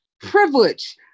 privilege